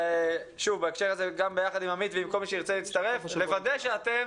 ביחד עם עמית ועם כל מי שירצה להצטרף לוודא שאתם